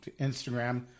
Instagram